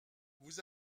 vous